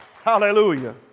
Hallelujah